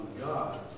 God